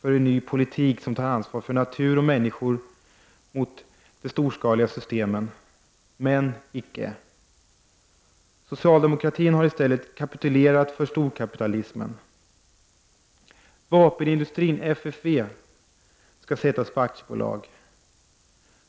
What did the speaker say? för en ny politik som tar ansvar för natur och människor mot de storskaliga systemen — men icke. Socialdemokratin har i stället kapitulerat för storkapitalismen. Vapenindustrin FFV skall bli aktiebolag.